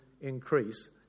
increase